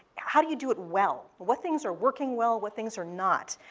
how do you do it well? what things are working well, what things are not?